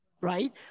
right